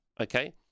okay